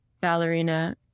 ballerina